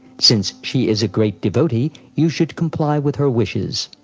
since she is a great devotee, you should comply with her wishes.